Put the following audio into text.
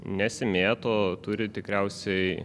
nesimėto turi tikriausiai